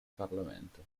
parlamento